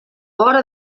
vora